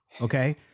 okay